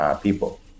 people